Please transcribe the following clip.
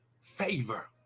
favor